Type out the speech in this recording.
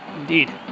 Indeed